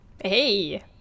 Hey